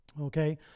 Okay